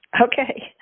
Okay